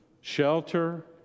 shelter